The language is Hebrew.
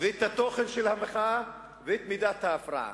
והתוכן של המחאה ומידת ההפרעה.